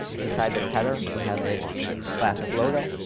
inside this header, we have a class of logo,